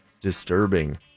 disturbing